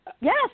Yes